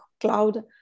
cloud